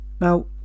Now